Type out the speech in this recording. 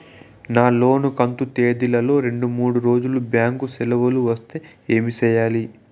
నా లోను కంతు తేదీల లో రెండు మూడు రోజులు బ్యాంకు సెలవులు వస్తే ఏమి సెయ్యాలి?